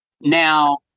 Now